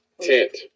tent